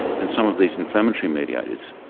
and some of these inflammatory mediators.